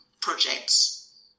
projects